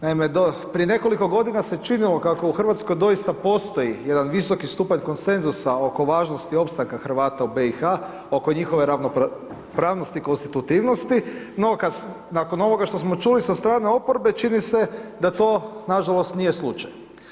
Naime prije nekoliko godina se činilo kako u Hrvatskoj doista postoji jedan visoki stupanj konsenzusa oko važnosti opstanka Hrvata u BIH, oko njihove ravnopravnosti konstitutivnosti, no nakon ovoga što smo čuli sa strane oporbe, čini se da to nažalost nije slučaj.